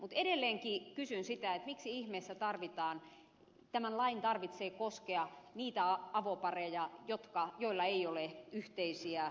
mutta edelleenkin kysyn sitä miksi ihmeessä tämän lain tarvitsee koskea niitä avopareja joilla ei ole yhteisiä lapsia